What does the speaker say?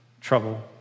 trouble